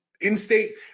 In-state